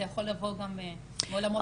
זה יכול לבוא גם מעולמות אחרים.